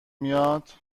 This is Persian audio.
میاد